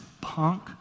punk